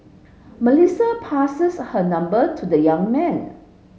Melissa passes her number to the young man